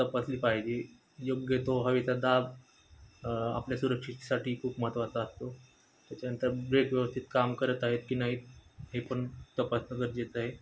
तपासली पाहिजे योग्य तो हवेचा दाब आपल्या सुरक्षिततेसाठी खूप महत्त्वाचा असतो त्याच्यानंतर ब्रेक व्यवस्थित काम करत आहेत की नाही हे पण तपासण गरजेेचं आहे